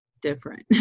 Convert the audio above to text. different